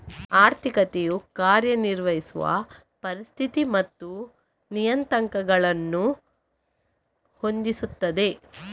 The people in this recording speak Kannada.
ಆರ್ಥಿಕತೆಯು ಕಾರ್ಯ ನಿರ್ವಹಿಸುವ ಪರಿಸ್ಥಿತಿಗಳು ಮತ್ತು ನಿಯತಾಂಕಗಳನ್ನು ಹೊಂದಿಸುತ್ತದೆ